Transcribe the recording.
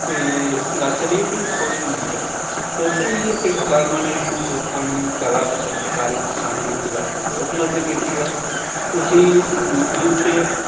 ਅਤੇ ਗੱਲ ਚੱਲੀ ਹੈ ਕਿ ਸੋਸ਼ਲ ਮੀਡੀਆ ਸੋਸ਼ਲ ਮੀਡੀਆ ਪਲੇਟਫਾਰਮਾਂ ਨੇ ਲੋਕਾਂ ਨੂੰ ਕਲਾ ਅਤੇ ਸ਼ਿਲਪਕਾਰੀ ਵਿੱਚ ਸ਼ਾਮਿਲ ਹੋਣ ਵਾਸਤੇ ਬਹੁਤ ਮਦਦ ਕੀਤੀ ਹੈ ਤੁਸੀਂ ਯੂਟੀਊਬ 'ਤੇ